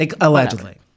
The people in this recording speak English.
allegedly